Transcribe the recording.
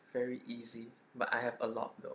very easy but I have a lot though